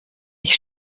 ich